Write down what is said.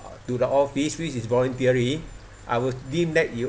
to the office which is voluntary I will deem that you